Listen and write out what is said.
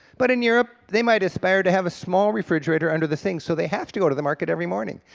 but in europe they might aspire to have a small refrigerator under the sink so they have to go to the market every morning,